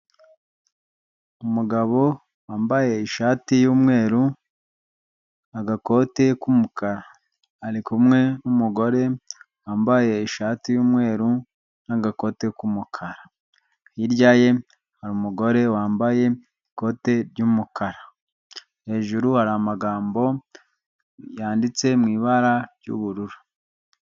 Umugabo wambaye ishati yumweru agakote k'umukara arikumwe n'umugore wambaye ishati y'umweru n'agakote k'umukara, hirya ye hari umugore wambaye ikote ry'umukara hejuru hari amagambo yanditse mu ibara ry'ubururu.